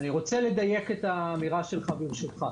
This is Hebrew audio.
אני רוצה לדייק את האמירה שלך, ברשותך.